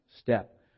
step